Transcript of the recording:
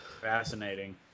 Fascinating